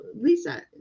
lisa